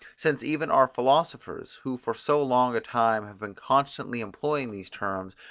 since even our philosophers, who for so long a time have been constantly employing these terms,